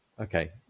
Okay